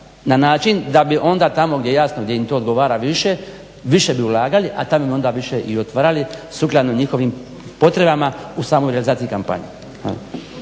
na način da bi onda tamo gdje im to odgovara više, više bi i ulagali a tamo bi onda više i otvarali sukladno njihovim potrebama u samoj realizaciji kampanje.